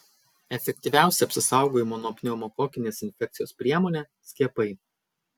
efektyviausia apsisaugojimo nuo pneumokokinės infekcijos priemonė skiepai